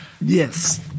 Yes